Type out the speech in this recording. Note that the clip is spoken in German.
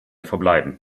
verbleiben